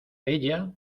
ella